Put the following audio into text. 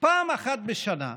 פעם אחת בשנה,